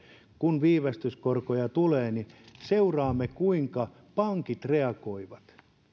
kun viivästyskorkoja tulee niin seuraamme kuinka pankit reagoivat